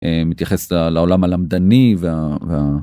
מתייחס לעולם הלמדני.